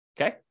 Okay